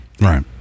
right